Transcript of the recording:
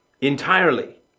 entirely